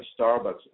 Starbucks